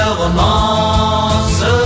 romance